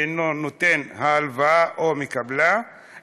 תחול גם על מי שאינו נותן ההלוואה או מקבלה אלא